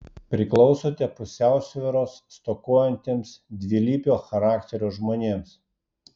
priklausote pusiausvyros stokojantiems dvilypio charakterio žmonėms